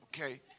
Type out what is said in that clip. Okay